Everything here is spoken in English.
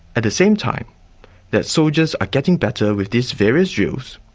at the same time that soldiers are getting better with these various drills,